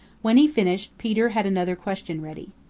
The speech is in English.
when he finished peter had another question ready.